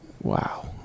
Wow